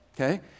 okay